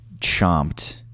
chomped